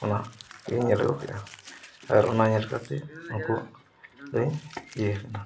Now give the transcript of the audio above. ᱚᱱᱟ ᱠᱚᱧ ᱧᱮᱞ ᱟᱹᱜᱩ ᱠᱮᱜᱼᱟ ᱟᱨ ᱚᱱᱟ ᱧᱮᱞ ᱠᱟᱛᱮ ᱩᱱᱠᱩ ᱛᱮ ᱤᱭᱟᱹ ᱠᱟᱱᱟ